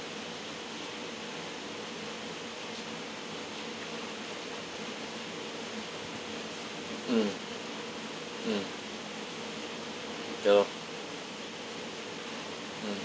mm mm ya lor mm